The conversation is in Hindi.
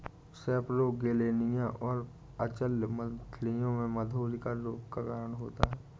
सेपरोगेलनिया और अचल्य मछलियों में मधुरिका रोग का कारण होता है